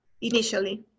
initially